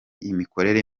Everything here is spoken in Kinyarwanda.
imikorere